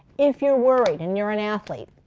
if you're worried and you're an athlete,